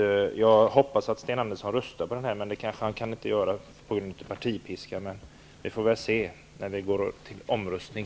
Jag hoppas att Sten Andersson röstar på sin egen motion, men det kanske han inte får göra på grund av partipiskan. Vi får väl se när vi kommer till omröstning.